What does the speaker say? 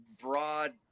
broad